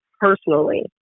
personally